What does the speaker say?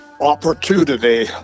opportunity